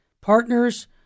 partners